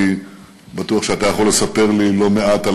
אני בטוח שאתה יכול לספר לי לא מעט על